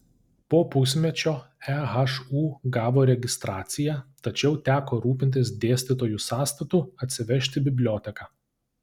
po pusmečio ehu gavo registraciją tačiau teko rūpintis dėstytojų sąstatu atsivežti biblioteką